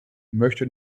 möchte